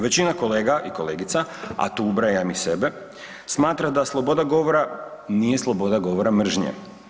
Većina kolega i kolegica, a tu ubrajam i sebe smatra da sloboda govora nije sloboda govora mržnje.